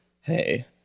hey